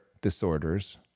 disorders